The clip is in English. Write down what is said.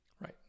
Right